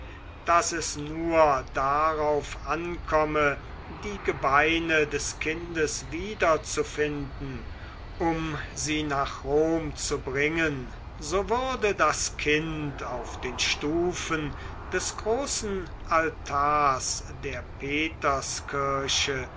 daß es nur darauf ankomme die gebeine des kindes wiederzufinden um sie nach rom zu bringen so würde das kind auf den stufen des großen altars der peterskirche